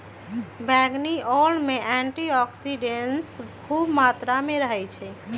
बइगनी ओल में एंटीऑक्सीडेंट्स ख़ुब मत्रा में रहै छइ